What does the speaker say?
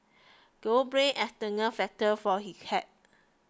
don't blame external factor for this hack